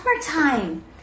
summertime